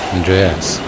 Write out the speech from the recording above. Andreas